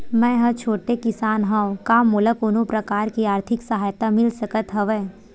मै ह छोटे किसान हंव का मोला कोनो प्रकार के आर्थिक सहायता मिल सकत हवय?